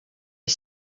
est